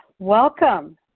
Welcome